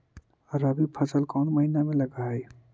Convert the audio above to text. रबी फसल कोन महिना में लग है?